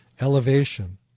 Elevation